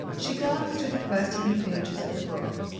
she glanced through the first few pages of the book.